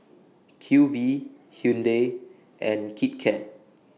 Q V Hyundai and Kit Kat